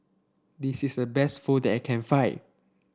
this is the best Pho that I can find